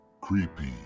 Creepy